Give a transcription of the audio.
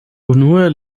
unue